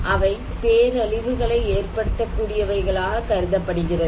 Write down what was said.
அவை பேரழிவுகளை ஏற்படுத்தக் கூடியவைகளாக கருதப்படுகிறது